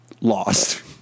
lost